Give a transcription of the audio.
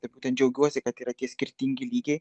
truputį džiaugiuosi kad yra tie skirtingi lygiai